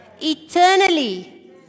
eternally